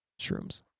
shrooms